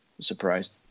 surprised